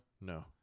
No